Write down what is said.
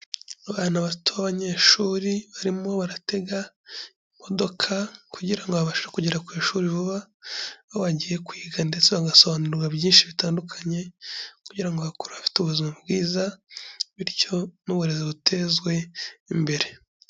Abana bato b'abanyeshuri barimo baratega imodoka kugira ngo babashe kugera ku ishuri vuba, aho bagiye kwiga ndetse bagasobanurirwa byinshi bitandukanye, kugira ngo bakure bafite ubuzima bwiza, bityo n'uburezi butezwe imbere.